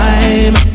Time